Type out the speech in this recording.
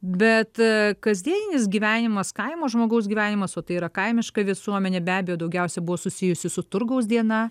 bet kasdieninis gyvenimas kaimo žmogaus gyvenimas o tai yra kaimiška visuomenė be abejo daugiausia buvo susijusi su turgaus diena